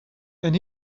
and